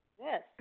Yes